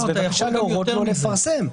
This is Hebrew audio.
אז בבקשה להורות לו לפרסם.